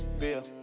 feel